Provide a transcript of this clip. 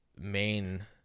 main